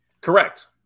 correct